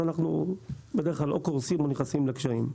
אנחנו או קורסים או נכנסים לקשיים.